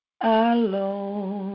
alone